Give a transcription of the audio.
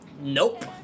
Nope